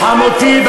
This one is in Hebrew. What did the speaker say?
חמותי,